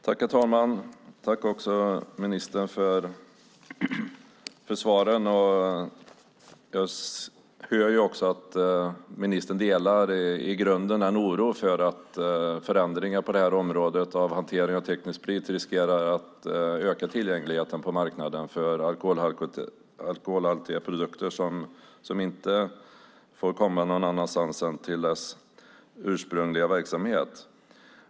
Herr talman! Jag tackar ministern för svaren. Jag hör att ministern i grunden delar oron för förändringar på detta område när det gäller att hanteringen av teknisk sprit riskerar att öka tillgängligheten på marknaden av alkoholhaltiga produkter som inte får komma någon annanstans än till sin ursprungliga verksamhet.